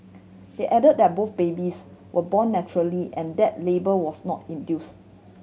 they added that both babies were born naturally and that labour was not induced